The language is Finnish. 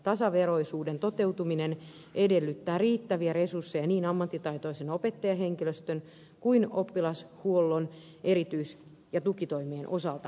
tasaveroisuuden toteutuminen edellyttää riittäviä resursseja niin ammattitaitoisen opettajahenkilöstön kuin myös oppilashuollon erityis ja tukitoimien osalta